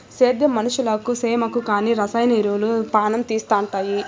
సేద్యం మనుషులకు సేమకు కానీ రసాయన ఎరువులు పానం తీస్తండాయి